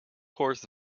course